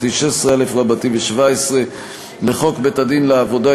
16א ו-17 לחוק בית-הדין לעבודה,